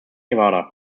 nevada